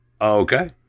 Okay